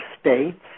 states